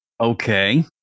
okay